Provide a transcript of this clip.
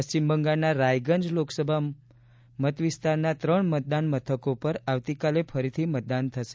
પશ્ચિમ બંગાળના રાયગંજ લોકસભા મતવિસ્તારના ત્રણ મતદાન મથકો પર આવતીકાલે ફરીથી મતદાન થશે